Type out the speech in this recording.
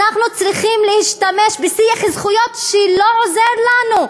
אנחנו צריכים להשתמש בשיח זכויות שלא עוזר לנו,